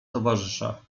towarzysza